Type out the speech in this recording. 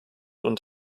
und